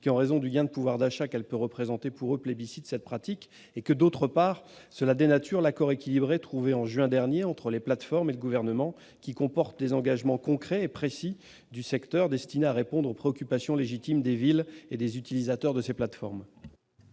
en raison du gain de pouvoir d'achat qu'elle peut représenter. Par ailleurs, une telle mesure dénature l'accord équilibré, trouvé en juin dernier entre les plateformes et le Gouvernement, qui comporte des engagements concrets et précis du secteur destinés à répondre aux préoccupations légitimes des villes et des utilisateurs de ces plateformes.